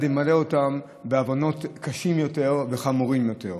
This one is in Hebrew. ימלא אותם בעוונות קשים יותר וחמורים יותר.